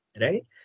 right